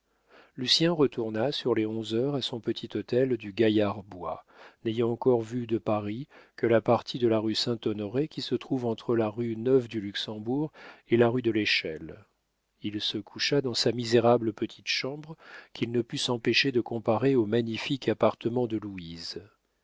incommode lucien retourna sur les onze heures à son petit hôtel du gaillard bois n'ayant encore vu de paris que la partie de la rue saint-honoré qui se trouve entre la rue neuve du luxembourg et la rue de l'échelle il se coucha dans sa misérable petite chambre qu'il ne put s'empêcher de comparer au magnifique appartement de louise